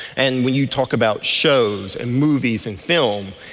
and when you talk about shows and movies and film,